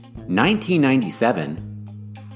1997